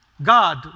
God